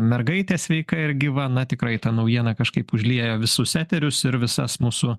mergaitė sveika ir gyva na tikrai tą naujieną kažkaip užliejo visus eterius ir visas mūsų